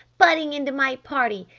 butting into my party.